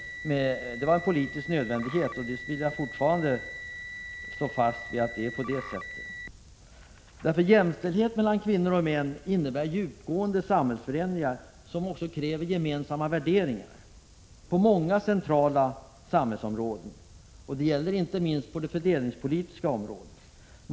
Det var en politisk nödvändighet — det står jag fast vid. Jämställdhet mellan kvinnor och män innebär djupgående samhällsförändringar som också kräver gemensamma värderingar på många centrala samhällsområden. Det gäller inte minst på det fördelningspolitiska området.